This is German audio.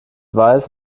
weiß